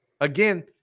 Again